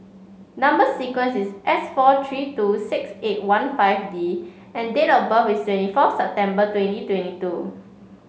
number sequence is S four three two six eight one five D and date of birth is twenty four September twenty twenty two